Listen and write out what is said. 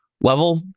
level